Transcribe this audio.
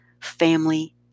family